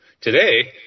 Today